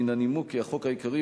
מן הנימוק כי החוק העיקרי,